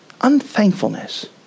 Unthankfulness